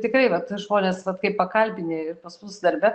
tikrai vat žmonės vat kai pakalbini ir pas mus darbe